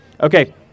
Okay